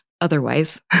otherwise